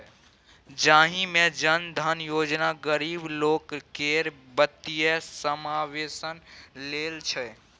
जाहि मे जन धन योजना गरीब लोक केर बित्तीय समाबेशन लेल छै